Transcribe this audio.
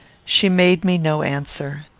she made me no answer.